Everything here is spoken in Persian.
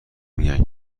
میگن